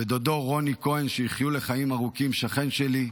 ודודו רוני כהן, שיזכו לחיים ארוכים, שכן שלי,